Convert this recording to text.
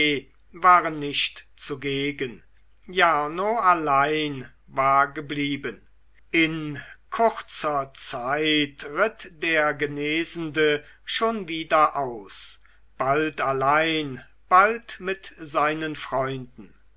waren nicht zugegen jarno allein war geblieben in kurzer zeit ritt der genesende schon wieder aus bald allein bald mit seinen freunden